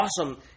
awesome